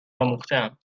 آموختهام